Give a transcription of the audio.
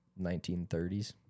1930s